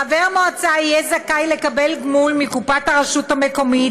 "חבר מועצה יהיה זכאי לקבל גמול מקופת הרשות המקומית